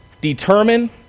determine